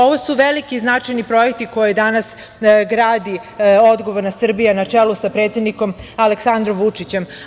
Ovo su veliki i značajni projekti koje danas gradi odgovorna Srbija na čelu sa predsednikom Aleksandrom Vučićem.